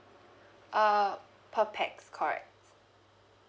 uh per pax correct